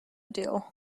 deal